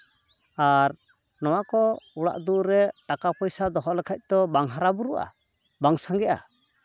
ᱟᱨ ᱱᱚᱣᱟ ᱠᱚ ᱚᱲᱟᱜ ᱫᱩᱣᱟᱹᱨ ᱨᱮ ᱴᱟᱠᱟ ᱯᱚᱭᱥᱟ ᱫᱚᱦᱚ ᱞᱮᱠᱷᱟᱡ ᱛᱚ ᱵᱟᱝ ᱦᱟᱨᱟ ᱵᱩᱨᱩᱜᱼᱟ ᱵᱟᱝ ᱥᱟᱷᱜᱮᱜᱼᱟ